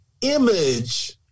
image